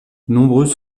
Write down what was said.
nombreuses